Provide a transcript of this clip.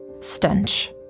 Stench